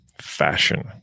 fashion